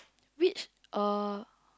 which uh